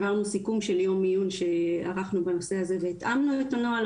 העברנו סיכום של יום עיון שערכנו בנושא הזה והתאמנו לא את הנוהל.